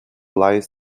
lies